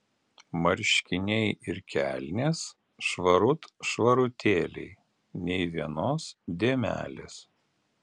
marškiniai ir kelnės švarut švarutėliai nė vienos dėmelės